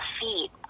feet